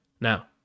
Now